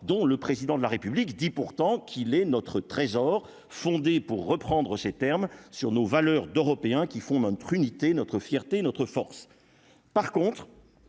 dont le président de la République dit pourtant qu'il est notre trésor fondée pour reprendre ses termes sur nos valeurs d'Européens qui font notre unité, notre fierté et notre force par contre